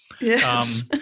yes